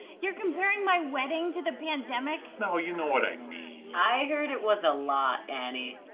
you're comparing my wedding to the pandemic? no, you know what i mean. i heard it was a lot, annie.